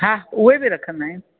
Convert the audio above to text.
हा उए भी रखंदा आहियूं